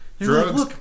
Drugs